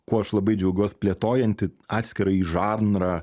kuo aš labai džiaugiuos plėtojanti atskirąjį žanrą